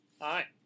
Hi